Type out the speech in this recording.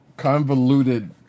convoluted